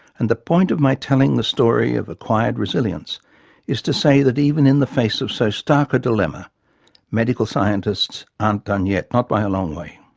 and the point of my telling the story of acquired resilience is to say that even in the face of so stark a dilemma medical scientists aren't done yet, not by a long way.